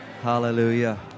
Hallelujah